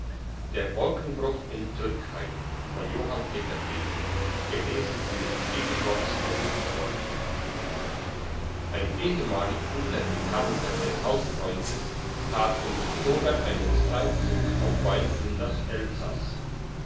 der wolkenbruch in türkheim ein ehemalig guter bekannter des hausfreundes tat im oktober einen streifzug auf wein in das elsass